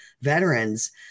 veterans